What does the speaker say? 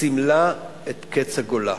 סימלה את קץ הגולה.